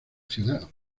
ciudad